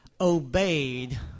obeyed